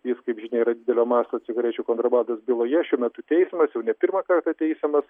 jis kaip žinia yra didelio masto cigarečių kontrabandos byloje šiuo metu teisiamas jau ne pirmą kartą teisiamas